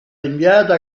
rinviata